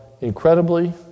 incredibly